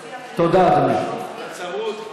תודה, אדוני.